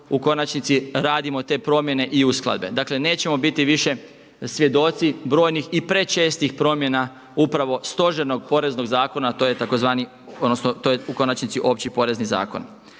u konačnici radimo te promjene i uskladbe. Dakle nećemo biti više svjedoci brojnih i prečestih promjena upravo stožernog poreznog zakona, a to je u konačnici Opći porezni zakon.